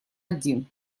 один